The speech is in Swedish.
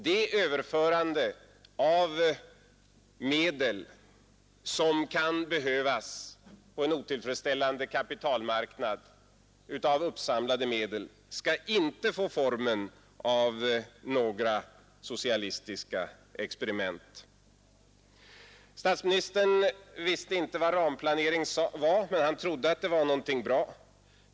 Det överförande av medel som kan behövas på en otillfredsställande kapitalmarknad av uppsamlade medel skall inte få formen av några socialistiska experiment. Statsministern visste inte vad ramplanering var, men han trodde att det var någonting bra.